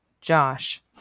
Josh